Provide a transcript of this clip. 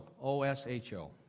O-S-H-O